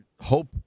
hope